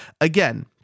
Again